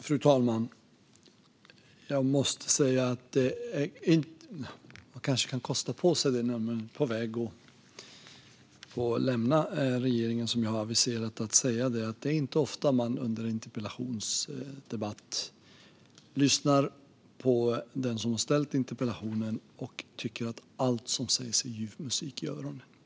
Fru talman! Jag måste säga - det kanske man kan kosta på sig när man är på väg att lämna regeringen, som jag har aviserat - att det inte är ofta som man under en interpellationsdebatt lyssnar på den som ställt interpellationen och tycker att allt som sägs är ljuv musik i öronen.